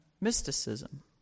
mysticism